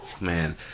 Man